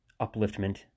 upliftment